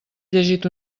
llegit